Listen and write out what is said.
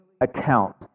account